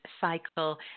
cycle